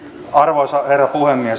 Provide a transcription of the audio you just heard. arvoisa herra puhemies